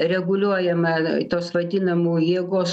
reguliuojama tos vadinamų jėgos